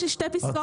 יש לי שתי פסקאות.